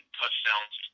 touchdowns